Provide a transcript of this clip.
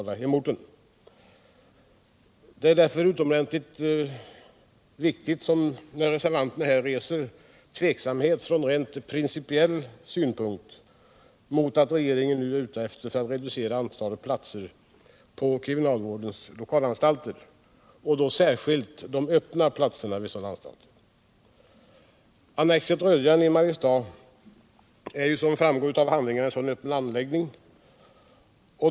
Det är därför fråga om något utomordentligt viktigt när reservanterna från rent principiell synpunkt uttalar tvivel då regeringen nu är ute efter att reducera antalet platser på kriminalvårdens lokalanstalter, och särskilt de öppna anläggningarna vid sådana anstalter. Annexet Rödjan vid Mariestad är, som framgår av handlingarna, en öppen anläggning.